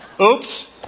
Oops